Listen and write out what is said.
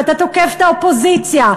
ואתה תוקף את האופוזיציה,